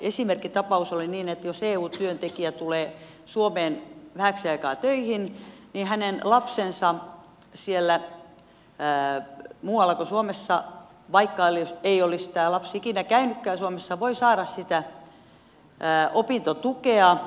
esimerkkitapaus oli niin että jos eu työntekijä tulee suomeen vähäksi aikaa töihin niin hänen lapsensa siellä muualla kuin suomessa vaikka ei olisi tämä lapsi ikinä käynytkään suomessa voi saada sitä opintotukea